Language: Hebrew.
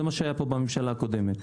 זה מה שהיה פה בממשלה הקודמת.